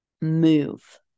move